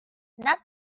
not